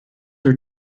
are